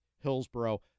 Hillsboro